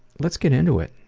let's get into it.